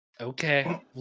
okay